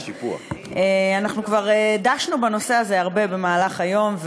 אנחנו כבר דשנו בנושא הזה הרבה במהלך היום,